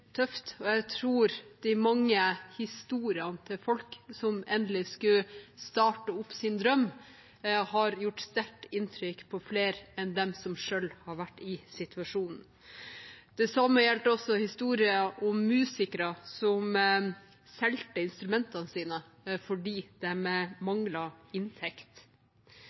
tøft. Jeg tror de mange historiene fra folk som endelig skulle starte opp sin drøm, har gjort sterkt inntrykk på flere enn dem som selv har vært i situasjonen. Det samme gjelder historier om musikere som solgte instrumentene sine fordi de manglet inntekt.